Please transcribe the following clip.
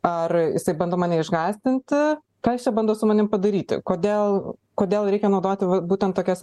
ar jisai bando mane išgąsdinti ką jis čia bando su manim padaryti kodėl kodėl reikia naudoti vat būtent tokias